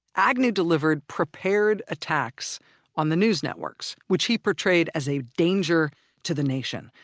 agnew delivered prepared attacks on the news networks, which he portrayed as a danger to the nation,